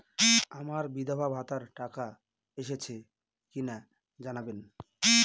আমার বিধবাভাতার টাকা এসেছে কিনা জানাবেন?